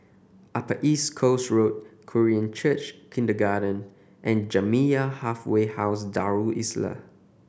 Upper East Coast Road Korean Church Kindergarten and Jamiyah Halfway House Darul Islah